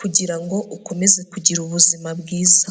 kugira ngo ukomeze kugira ubuzima bwiza.